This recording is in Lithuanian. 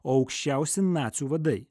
o aukščiausi nacių vadai